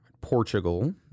Portugal